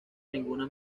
ninguna